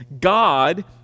God